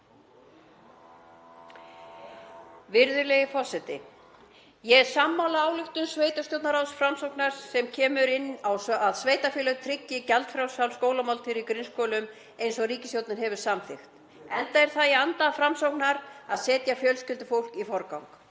Virðulegi forseti. Ég er sammála ályktun sveitarstjórnarráðs Framsóknar sem kemur inn á að sveitarfélög tryggi gjaldfrjálsar skólamáltíðir í grunnskólum, eins og ríkisstjórnin hefur samþykkt, enda er það í anda Framsóknar að setja fjölskyldufólk í forgang.